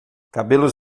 cabelos